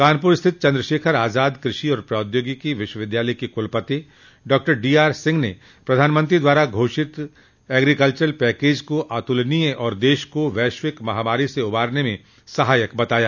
कानपुर स्थित चन्द्रशेखर आजाद कृषि एवं प्रौद्योगिक विश्वविद्यालय के कुलपति डॉक्टर डीआरसिंह ने प्रधानमंत्री द्वारा घोषित किये गए एग्रीकल्वरल पैकेज को अतुलनीय और देश को वैश्विक महामारी से उबारने में सहायक बताया